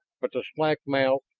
but the slack mouth,